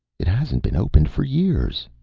it hasn't been opened for years!